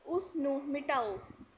ਉਸ ਨੂੰ ਮਿਟਾਓ